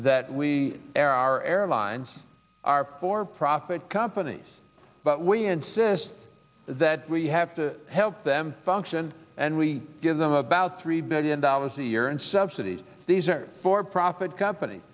that we are our airlines are for profit companies but we insist that we have to help them function and we give them about three billion dollars a year and subsidies these are for profit company